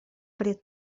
пред